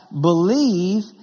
believe